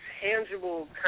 tangible